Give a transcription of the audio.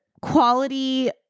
quality